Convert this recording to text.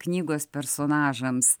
knygos personažams